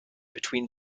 between